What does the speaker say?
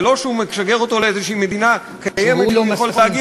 זה לא שהוא משגר אותו לאיזו מדינה קיימת שהוא יכול להגיע אליה.